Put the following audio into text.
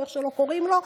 או איך שלא קוראים לו,